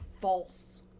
False